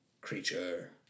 Creature